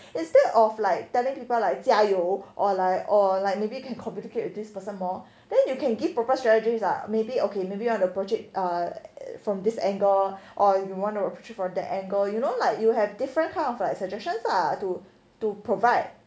instead of like telling people like 加油 or like or like maybe you can communicate with this person more then you can give proper strategies are maybe okay maybe on the project or from this angle or you want to purchase from the angle you know like you will have different kind of like suggestions ah to to provide